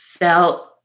Felt